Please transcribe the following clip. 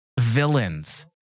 villains